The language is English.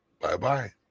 Bye-bye